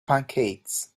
pancakes